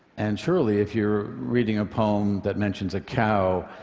and surely, if you're reading a poem that mentions a cow,